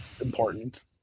important